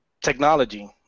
technology